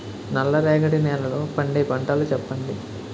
నల్ల రేగడి నెలలో పండే పంటలు చెప్పండి?